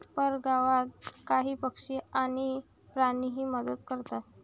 परगावात काही पक्षी आणि प्राणीही मदत करतात